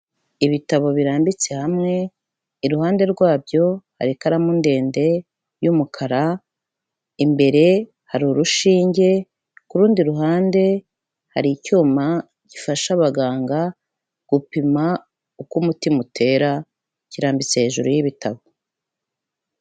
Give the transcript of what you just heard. Ibitabo birambitse hamwe, iruhande rwabyo, hari ikaramu ndende y'umukara, imbere hari urushinge, ku rundi ruhande hari icyuma gifasha abaganga gupima uko umutima utera kirambitse hejuru y'ibitabo.